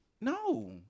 No